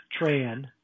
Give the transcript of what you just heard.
Tran